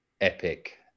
epic